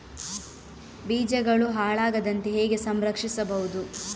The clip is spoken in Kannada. ಬೀಜಗಳು ಹಾಳಾಗದಂತೆ ಹೇಗೆ ಸಂರಕ್ಷಿಸಬಹುದು?